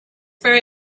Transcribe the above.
very